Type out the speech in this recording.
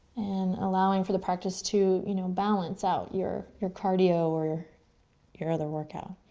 and allowing for the practice to you know balance out your your cardio or your other workout.